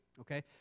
Okay